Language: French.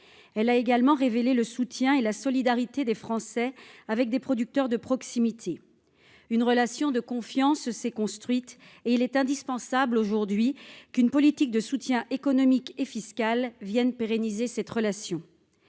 Elle a également révélé le soutien et la solidarité des Français envers les producteurs de proximité. Une relation de confiance s'est construite ; il est indispensable qu'une politique de soutien économique et fiscale vienne pérenniser cette relation.